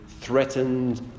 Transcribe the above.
threatened